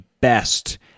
best